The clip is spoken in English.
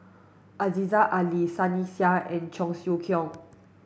Aziza Ali Sunny Sia and Cheong Siew Keong